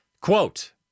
quote